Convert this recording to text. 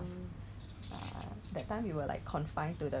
oh then then 你 reject lah 是吗